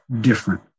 different